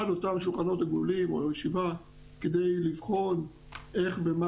אחד אותם שולחנות עגולים או ישיבה כדי לבחון איך ומה